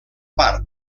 part